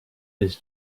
his